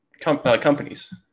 companies